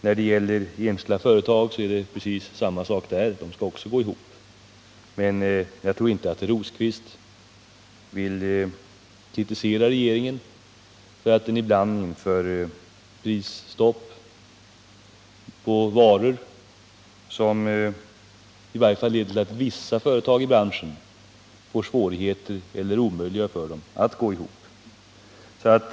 När det gäller enskilda företag är det samma sak — de skall också gå ihop finansiellt. Men jag tror inte Birger Rosqvist vill kritisera regeringen för att den ibland inför prisstopp, vilket kan leda till att vissa företag och branscher får svårigheter att gå ihop, om det inte rent av blir omöjligt.